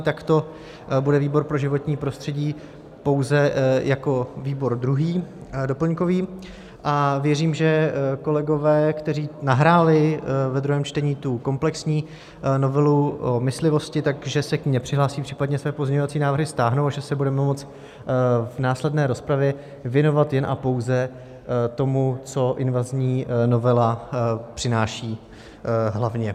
Takto bude výbor pro životní prostředí pouze jako výbor druhý doplňkový, a věřím, že kolegové, kteří nahráli ve druhém čtení tu komplexní novelu myslivosti, tak že se k ní nepřihlásí, případně své pozměňovací návrhy stáhnou a že se budeme moct v následné rozpravě věnovat jen a pouze tomu, co invazní novela přináší hlavně.